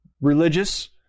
religious